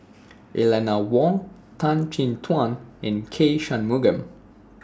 Eleanor Wong Tan Chin Tuan and K Shanmugam